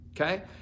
okay